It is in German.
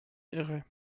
irre